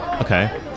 Okay